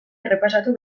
errepasatu